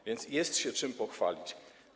A więc jest się czym pochwalić.